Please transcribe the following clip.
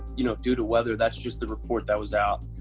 you know, due to weather. that's just the report that was out.